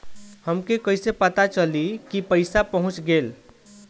हमके कईसे पता चली कि पैसा पहुच गेल?